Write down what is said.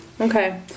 Okay